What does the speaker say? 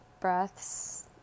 breaths